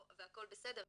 והכל בסדר,